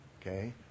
okay